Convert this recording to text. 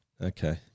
Okay